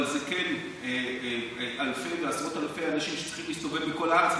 אבל זה כן אלפי ועשרות אלפי אנשים שצריכים להסתובב ברחבי הארץ,